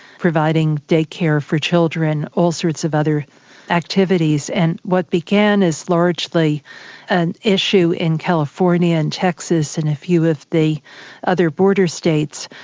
providing day care for children, all sorts of other activities, and what began as largely an issue in california and texas and a few of the other border states,